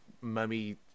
mummy